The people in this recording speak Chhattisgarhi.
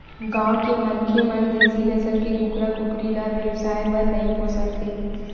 गाँव के मनखे मन देसी नसल के कुकरा कुकरी ल बेवसाय बर नइ पोसत हे